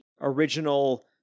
original